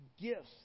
gifts